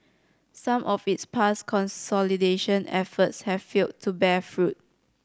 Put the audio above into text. some of its past consolidation efforts have failed to bear fruit